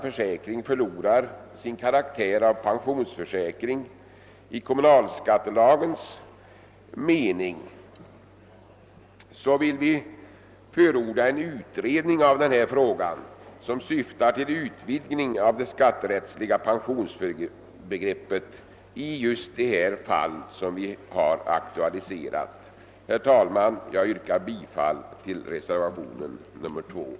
Utskottet förordar därför att en utredning tillsätts med uppgift att överse bestämmelserna om beskattningen av P och K-försäkringar i syfte att förhindra möjligheter till skatteflykt. Med det anförda anser utskottet sig ha besvarat motionerna 1: 17 och II: 20 samt I: 219 och II: 258.»;